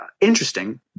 interesting